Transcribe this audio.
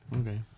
Okay